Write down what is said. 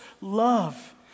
love